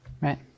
Right